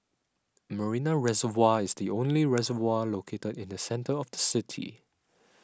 Marina Reservoir is the only reservoir located in the centre of the city